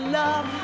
love